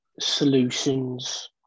Solutions